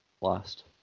last